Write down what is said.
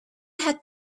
had